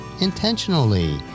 intentionally